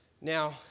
Now